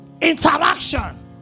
Interaction